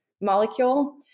molecule